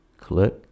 Click